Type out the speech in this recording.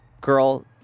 girl